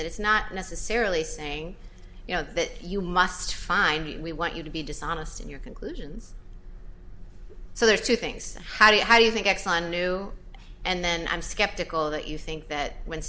that it's not necessarily saying you know that you must find the we want you to be dishonest in your conclusions so there are two things how do you how do you think exxon knew and then i'm skeptical that you think that w